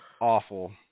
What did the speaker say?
awful